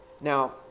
Now